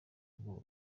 ubwoba